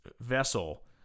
vessel